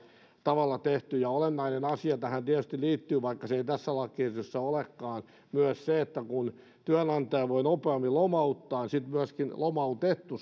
tavalla tehty olennainen asia joka tähän tietysti liittyy vaikka se ei tässä lakiesityksessä olekaan on myös se että kun työnantaja voi nopeammin lomauttaa niin sitten myöskin lomautettu